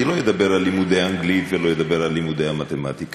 אני לא אדבר על לימודי אנגלית ואני לא אדבר על לימודי המתמטיקה,